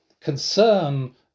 concern